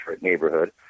neighborhood